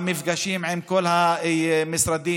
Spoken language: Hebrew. במפגשים עם כל המשרדים,